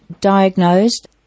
diagnosed